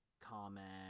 comment